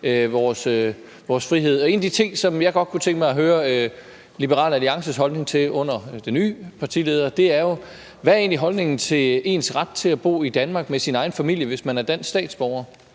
vores frihed. En af de ting, som jeg godt kunne tænke mig at høre Liberal Alliances holdning til under den nye partileder, er: Hvad er egentlig holdningen til ens ret til at bo i Danmark med sin egen familie, hvis man er dansk statsborger?